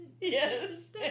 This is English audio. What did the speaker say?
Yes